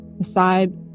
aside